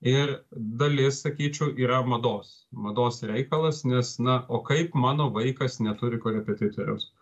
ir dalis sakyčiau yra mados mados reikalas nes na o kaip mano vaikas neturi korepetitoriaus